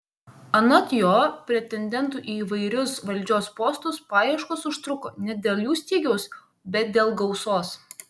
anot jo pretendentų į įvairius valdžios postus paieškos užtruko ne dėl jų stygiaus bet dėl gausos